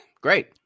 great